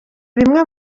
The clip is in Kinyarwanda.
bimwe